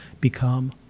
become